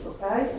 Okay